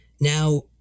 Now